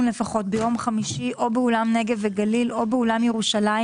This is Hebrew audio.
לפחות ביום חמישי או באולם נגב וגליל או באולם ירושלים